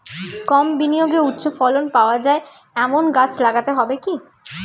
কম বিনিয়োগে উচ্চ ফলন পাওয়া যায় এমন গাছ লাগাতে হবে কি?